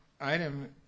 item